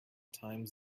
times